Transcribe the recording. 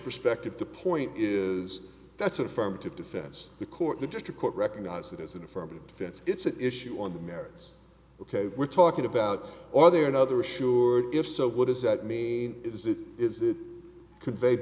perspective the point is that's affirmative defense the court the district court recognize it as an affirmative defense it's an issue on the merits ok we're talking about or there another assured if so what does that mean is it is it conveyed